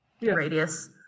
radius